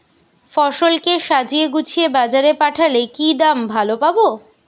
ফসল কে সাজিয়ে গুছিয়ে বাজারে পাঠালে কি দাম ভালো পাব?